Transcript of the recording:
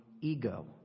ego